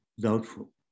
doubtful